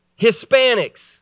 Hispanics